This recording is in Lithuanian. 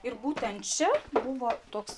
ir būtent čia buvo toks